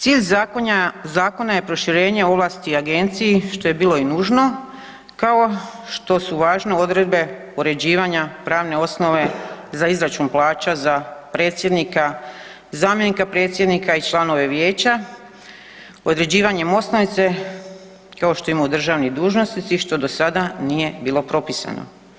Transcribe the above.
Cilj zakona je proširenje ovlasti agenciji što je bilo i nužno kao što su važne odredbe uređivanja pravne osnove za izračun plaća za predsjednika, zamjenika predsjednika i članove vijeća određivanjem osnovice kao što imaju državni dužnosnici što do sada nije bilo propisano.